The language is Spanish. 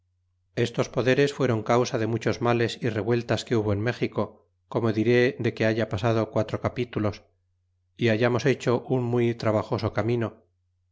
estos poderes fueron causa de muchos males y revueltas que hubo en méxico como diré de que haya pasado quatro capítulos é hayamos hecho un muy trabajoso camino